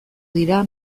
dira